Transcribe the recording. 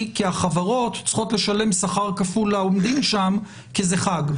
כי החברות צריכות לשלם שכר כפול לעובדים שם כי זה חג.